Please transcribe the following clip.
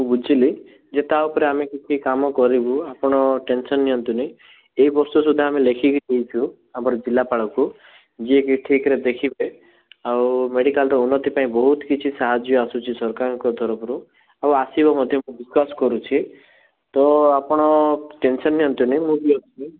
ମୁଁ ବୁଝିଲି ଯେ ତା'ଉପରେ ଆମେ କିଛି କାମ କରିବୁ ଆପଣ ଟେନସନ୍ ନିଅନ୍ତୁନି ଏ ବର୍ଷ ସୁଧା ଆମେ ଲେଖିକି ଦେଇଛୁ ଆମର ଜିଲ୍ଲାପାଳଙ୍କୁ ଯିଏ ଠିକ୍ରେ ଦେଖିପାରିବେ ଆଉ ମେଡ଼ିକାଲର ଉନ୍ନତି ପାଇଁ ବହୁତ କିଛି ସାହାଯ୍ୟ ଆସୁଛି ସରକାରଙ୍କ ତରଫରୁ ଆଉ ଆସିବ ମଧ୍ୟ ବିଶ୍ୱାସ କରୁଛି ତ ଆପଣ ଟେନସନ୍ ନିଅନ୍ତୁନି ମୁଁ ବି ଅଛି